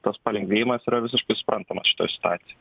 tas palengvėjimas yra visiškai suprantamas šitoj situacijoj